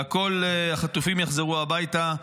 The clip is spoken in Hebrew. וכל החטופים יחזרו הביתה.